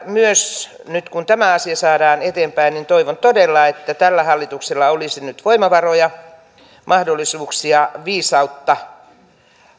myös nyt kun tämä asia saadaan eteenpäin toivon todella että tällä hallituksella olisi voimavaroja mahdollisuuksia viisautta